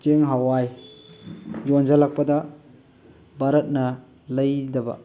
ꯆꯦꯡ ꯍꯋꯥꯏ ꯌꯣꯟꯁꯤꯜꯂꯛꯄꯗ ꯚꯥꯔꯠꯅ ꯂꯩꯗꯕ